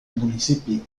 municipio